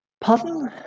Pardon